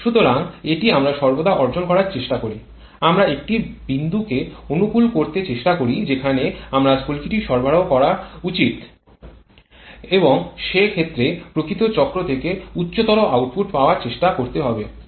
সুতরাং এটি আমরা সর্বদা অর্জন করার চেষ্টা করি আমরা একটি বিন্দুকে অনুকূল করতে চেষ্টা করি যেখানে আপনার স্ফুলকিটি সরবরাহ করা উচিত্ এবং সে ক্ষেত্রে প্রকৃত চক্র থেকে উচ্চতর আউটপুট পাওয়ার চেষ্টা করতে হবে